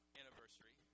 anniversary